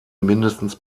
mindestens